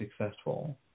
successful